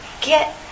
get